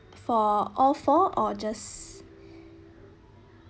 for all four or just